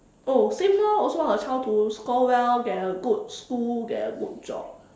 oh same lor also want her child to score well get a good school get a good job